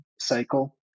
cycle